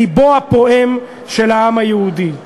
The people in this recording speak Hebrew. לבו הפועם של העם היהודי.